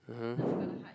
(uh huh)